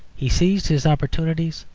he seized his opportunities,